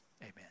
Amen